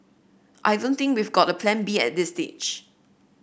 I don't think we've got a Plan B at this stage